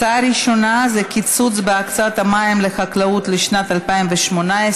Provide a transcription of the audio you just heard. ההצעה הראשונה היא בנושא קיצוץ בהקצאות המים לחקלאות לשנת 2018,